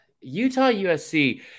Utah-USC